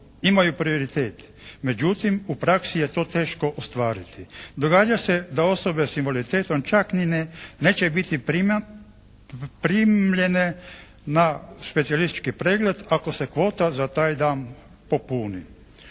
imaju prioritet međutim u praksi je to teško ostvariti. Događa se da osobe s invaliditetom čak ni neće biti primljene na specijalistički pregled ako se kvota za taj dan popuni.